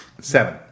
Seven